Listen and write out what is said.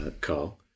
Carl